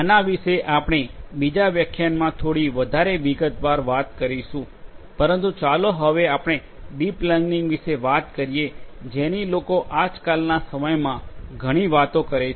આના વિશે આપણે બીજા વ્યાખ્યાનમાં થોડી વધારે વિગતવાર વાત કરીશું પરંતુ ચાલો હવે આપણે ડીપ લર્નિંગ વિશે વાત કરીએ જેની લોકો આજકાલના સમયમાં ઘણી વાતો કરે છે